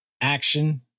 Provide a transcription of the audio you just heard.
action